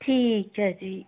ਠੀਕ ਹੈ ਜੀ